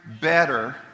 better